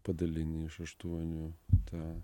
padalini iš aštuonių tą